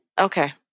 Okay